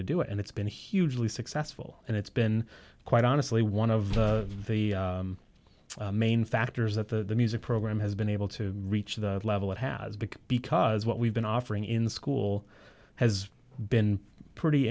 to do it and it's been hugely successful and it's been quite honestly one of the main factors that the music program has been able to reach the level it has been because what we've been offering in the school has been pretty